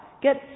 Get